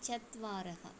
चत्वारः